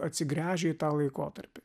atsigręžė į tą laikotarpį